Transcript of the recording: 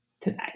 today